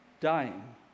dying